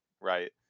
right